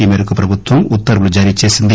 ఈ మేరకు ప్రభుత్వం ఉత్తర్వులు జారీచేసింది